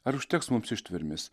ar užteks mums ištvermės